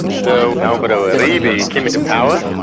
so ah alvaro and uribe came into power,